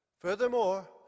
Furthermore